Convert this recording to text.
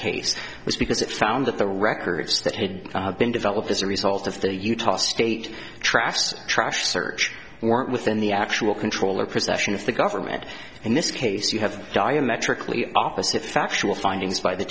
case was because it found that the records that had been developed as a result of the utah state traps trash search warrant within the actual control or procession of the government in this case you have diametrically opposite factual findings by the